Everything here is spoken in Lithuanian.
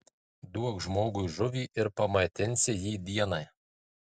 duok žmogui žuvį ir pamaitinsi jį dienai